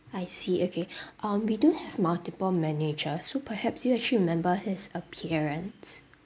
I see okay um we do have multiple managers so perhaps do you actually remember his appearance